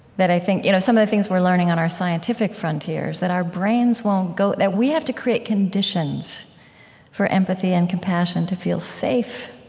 that i think you know some of the things we're learning on our scientific frontier is that our brains won't go that we have to create conditions for empathy and compassion to feel safe